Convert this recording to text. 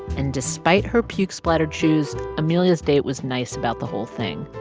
and despite her puke-splattered shoes, amelia's date was nice about the whole thing.